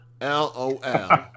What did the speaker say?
L-O-L